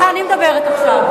סליחה, אני מדברת עכשיו.